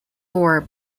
for